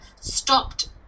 stopped